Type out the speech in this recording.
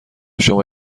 شما